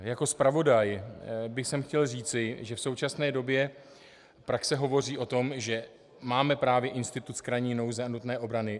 Jako zpravodaj bych chtěl říci, že v současné době praxe hovoří o tom, že máme právě institut krajní nouze a nutné obrany.